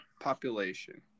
population